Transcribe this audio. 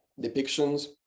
depictions